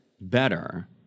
better